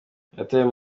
yatawe